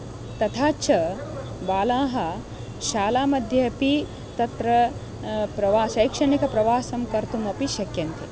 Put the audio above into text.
तथा च बालाः शालामध्ये अपि तत्र प्रवासः शैक्षणिकप्रवासं कर्तुमपि शक्यन्ते